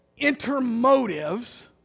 intermotives